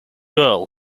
girl